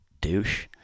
Douche